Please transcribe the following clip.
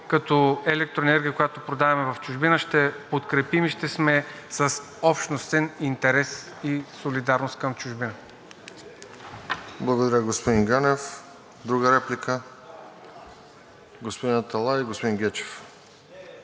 като електроенергия, която продаваме в чужбина, ще подкрепим и ще сме с общностен интерес и солидарност към чужбина? ПРЕДСЕДАТЕЛ РОСЕН ЖЕЛЯЗКОВ: Благодаря, господин Ганев. Друга реплика? Господин Аталай, господин Гечев.